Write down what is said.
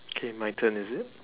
okay my turn is it